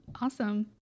Awesome